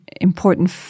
important